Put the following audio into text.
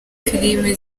filime